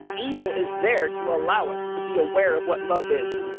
evil is there to allow us to be aware of what love is.